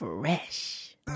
Fresh